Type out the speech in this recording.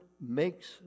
makes